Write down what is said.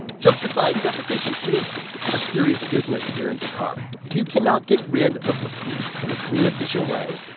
jokes aside, defecation is a serious business here in dakar. if you cannot get rid of the poop in a clean, efficient way,